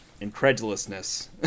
incredulousness